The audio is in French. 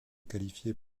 qualifiés